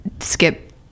skip